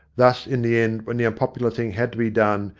thus in the end, when the unpopular thing had to be done,